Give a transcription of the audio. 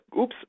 oops